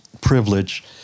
privilege